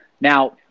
now